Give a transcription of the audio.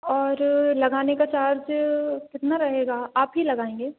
और लगाने का चार्ज कितना रहेगा आप ही लगाएँगे